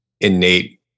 innate